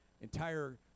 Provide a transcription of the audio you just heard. entire